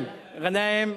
גנאים.